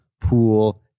pool